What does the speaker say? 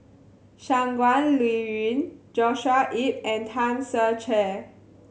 Shangguan Liuyun Joshua Ip and Tan Ser Cher